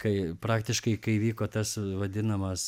kai praktiškai kai vyko tas vadinamas